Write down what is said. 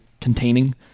containing